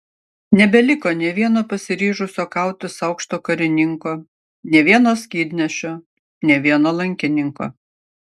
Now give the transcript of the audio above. nebeliko nė vieno pasiryžusio kautis aukšto karininko nė vieno skydnešio nė vieno lankininko